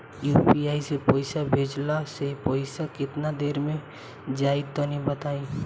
UPI से पईसा भेजलाऽ से पईसा केतना देर मे जाई तनि बताई?